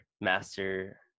master